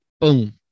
Boom